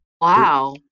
wow